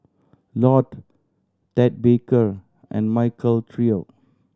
Lotte Ted Baker and Michael Trio